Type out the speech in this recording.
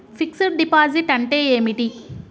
Fix డ్ deposit అంటే ఏమిటి?